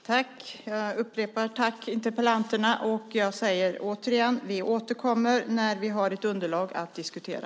Herr talman! Jag upprepar mitt tack till interpellanterna. Och jag säger återigen: Vi återkommer när vi har ett underlag att diskutera.